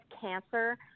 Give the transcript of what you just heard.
cancer